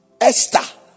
Esther